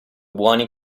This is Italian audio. buoni